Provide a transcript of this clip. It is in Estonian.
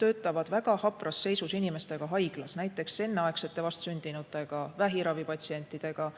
töötavad haiglas väga hapras seisus inimestega, näiteks enneaegsete vastsündinutega, vähiravi patsientidega,